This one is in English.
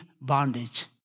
bondage